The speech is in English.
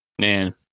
Man